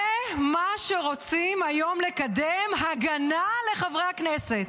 זה מה שרוצים היום לקדם, הגנה לחברי הכנסת.